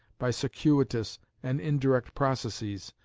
by circuitous and indirect processes,